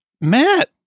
Matt